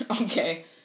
Okay